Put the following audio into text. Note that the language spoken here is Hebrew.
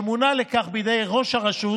שמונה לכך בידי ראש הרשות,